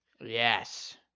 Yes